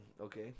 Okay